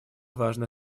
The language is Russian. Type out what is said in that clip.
важное